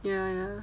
ya ya